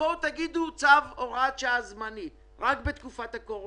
תבואו עם הוראת שעה זמנית רק לתקופת הקורונה.